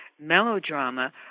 melodrama